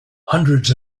hundreds